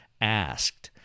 asked